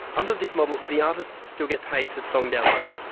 under this model the artists still get paid for song downloads,